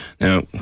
Now